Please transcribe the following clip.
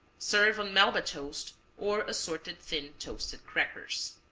serve on melba toast, or assorted thin toasted crackers.